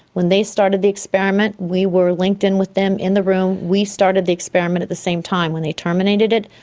when they started the experiment we were linked in with them in the room. we started the experiment at the same time. when they terminated it,